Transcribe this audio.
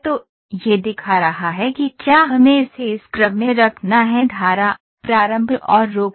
तो यह दिखा रहा है कि क्या हमें इसे इस क्रम में रखना है धारा प्रारंभ और रोक